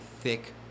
thick